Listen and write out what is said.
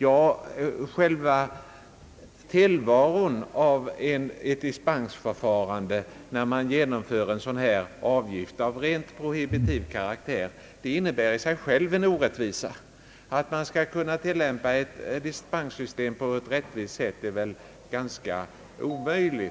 Ja, själva tillvaron av ett dispensförfarande när man genomför en avgift av rent prohibitiv karaktär innebär i sig själv en orättvisa. Det torde vara ganska omöjligt att tillämpa ett sådant dispenssystem rättvist. Tyvärr har dispensgivningen i